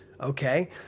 Okay